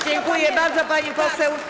Dziękuję bardzo, pani poseł.